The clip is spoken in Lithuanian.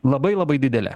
labai labai didelė